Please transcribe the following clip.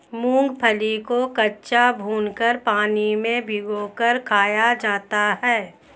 मूंगफली को कच्चा, भूनकर, पानी में भिगोकर खाया जाता है